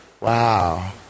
Wow